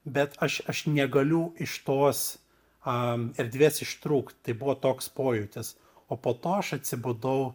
bet aš aš negaliu iš tos a erdvės ištrūkt tai buvo toks pojūtis o po to aš atsibudau